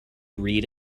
read